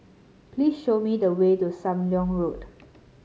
please show me the way to Sam Leong Road